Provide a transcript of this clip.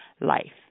life